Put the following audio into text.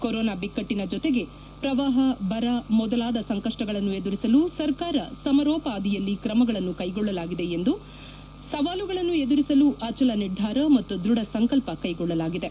corona ಬಿಕ್ಕಟ್ಟಿನ ಜೊತೆಗೆ ಪ್ರವಾಪ ಬರ ಮೊದಲಾದ ಸಂಕಷ್ಟಗಳನ್ನು ಎದುರಿಸಲು ಸರ್ಕಾರ ಸಮರೋಪಾದಿಯಲ್ಲಿ ಕ್ರಮಗಳನ್ನು ಕೈಗೊಳ್ಳಲಾಗಿದೆ ಎಂದ ಅವರು ಸವಾಲುಗಳನ್ನು ಎದುರಿಸಲು ಅಚಲ ನಿರ್ಧಾರ ಮತ್ತು ದೃಢ ಸಂಕಲ್ಪ ಕೈಗೊಳ್ಳಲಾಗಿದೆ